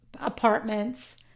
apartments